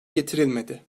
getirilmedi